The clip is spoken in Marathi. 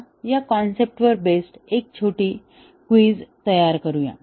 आता या कॉन्सेप्टवर बेस्ड एक छोटी क्विझ तयार करूया